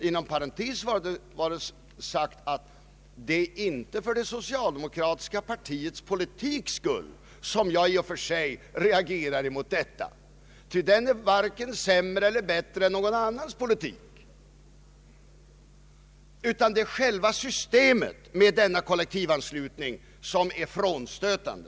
Inom parentes vare sagt att det inte är för det socialdemokratiska partiets politiks skull som jag reagerar mot detta — den är varken sämre eller bättre än någon annans politik — utan det är själva systemet med denna kollektivanslutning som är frånstötande.